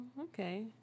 Okay